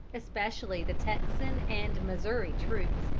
especially the texan and missouri troops,